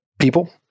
people